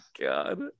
God